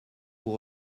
vous